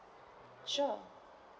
sure